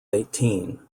eighteen